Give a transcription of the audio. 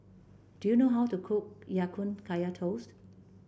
do you know how to cook Ya Kun Kaya Toast